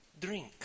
drink